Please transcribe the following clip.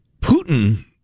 Putin